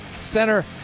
center